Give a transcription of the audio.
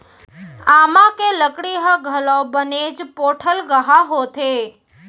आमा के लकड़ी ह घलौ बनेच पोठलगहा होथे